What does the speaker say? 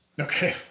Okay